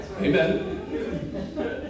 Amen